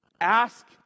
Ask